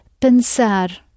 pensar